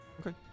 Okay